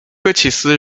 科奇斯